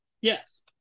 Yes